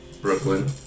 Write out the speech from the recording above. Brooklyn